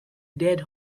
dead